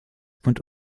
wird